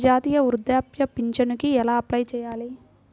జాతీయ వృద్ధాప్య పింఛనుకి ఎలా అప్లై చేయాలి?